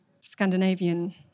Scandinavian